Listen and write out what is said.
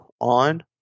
on